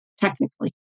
technically